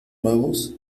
magos